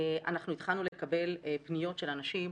אנחנו התחלנו לקבל פניות של אנשים.